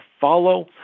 follow